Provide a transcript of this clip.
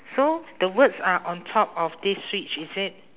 so the words are on top of this switch is it